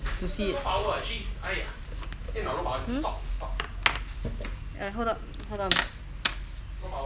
to see hmm uh hold on hold on